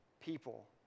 people